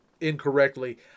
incorrectly